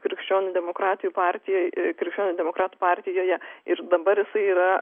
krikščionių demokratų partijoj krikščionių demokratų partijoje ir dabar jisai yra